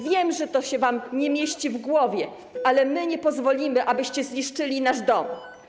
Wiem, że to się wam nie mieści w głowie, ale my nie pozwolimy, abyście zniszczyli nasz dom.